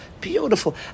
Beautiful